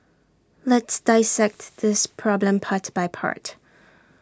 let's dissect this problem part by part